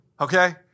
okay